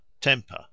temper